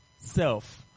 self